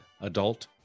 adult